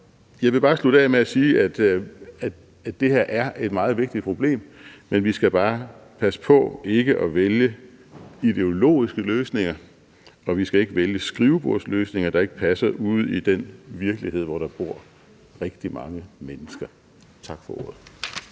jeg vil bare slutte af med at sige, at det her er et meget vigtigt problem, men vi skal bare passe på ikke at vælge ideologiske løsninger, og vi skal ikke vælge skrivebordsløsninger, der ikke passer ude i den virkelighed, hvor der bor rigtig mange mennesker. Tak for ordet.